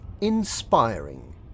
inspiring